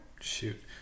shoot